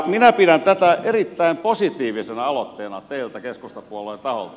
minä pidän tätä erittäin positiivisena aloitteena teiltä keskustapuolueen taholta